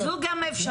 זו גם אפשרות.